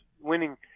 winning